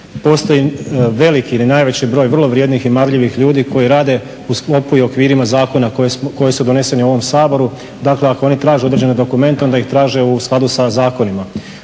postoji veliki ili najveći broj vrlo vrijednih i marljivih ljudi koji rade u sklopu i okvirima zakona koji su doneseni u ovom Saboru. Dakle, ako oni traže određene dokumente onda ih traže u skladu sa zakonima.